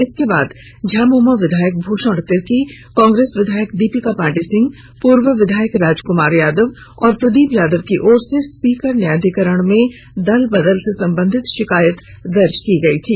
इसके बाद झामुमो विधायक भूषण तिर्की कांग्रेस विधायक दीपिका पांडे सिंह पूर्व विधायक राजकुमार यादव और प्रदीप यादव की ओर से स्पीकर न्यायाधिकरण में दल बदल से संबंधित शिकायत की गई थी